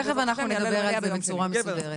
תכף אנחנו נדבר על זה בצורה מסודרת.